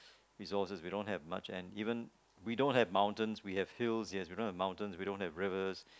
resources we don't have much and even we don't have mountains we have fields yes we don't have mountains we don't have rivers